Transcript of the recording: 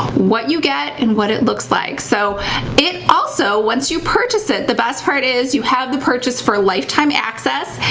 what you get, and what it looks like. so it also, once you purchase it, the best part is you have the purchase for lifetime access,